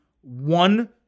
one